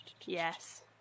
Yes